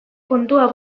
kontua